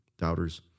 Doubters